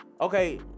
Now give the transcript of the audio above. okay